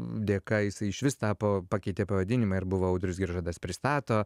dėka jisai išvis tapo pakeitė pavadinimą ir buvo audrius giržadas pristato